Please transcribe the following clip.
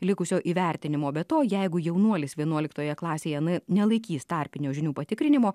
likusio įvertinimo be to jeigu jaunuolis vienuoliktoje klasėje nelaikys tarpinio žinių patikrinimo